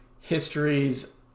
histories